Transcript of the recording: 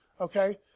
Okay